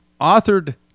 authored